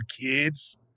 kids